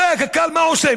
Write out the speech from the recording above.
הרי קק"ל, מה עושה?